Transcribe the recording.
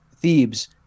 Thebes